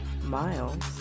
Miles